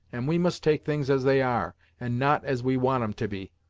and we must take things as they are, and not as we want em to be.